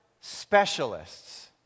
specialists